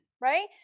right